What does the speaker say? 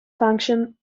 function